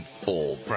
full